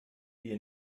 ihr